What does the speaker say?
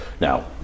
now